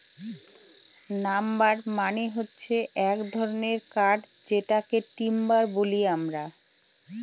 number মানে হচ্ছে এক ধরনের কাঠ যেটাকে টিম্বার বলি আমরা